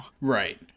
Right